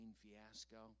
fiasco